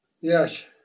Yes